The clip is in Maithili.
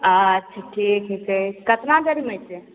अच्छा ठीक हीकै केतना देरमे अइतै